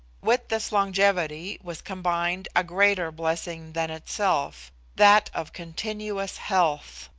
with this longevity was combined a greater blessing than itself that of continuous health.